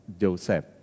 Joseph